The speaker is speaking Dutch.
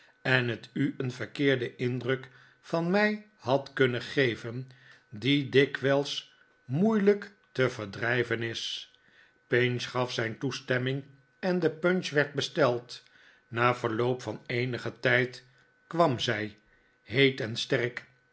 en het u een verkeerden indruk van mij had kunnen geven die dikwijls moeilijk te verdrijven is pinch gaf zijn toestemming en de punch werd besteld na verloop van eenigen tijd kwam zij heet en sterk